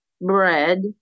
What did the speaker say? bread